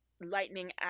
Lightning